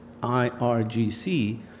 IRGC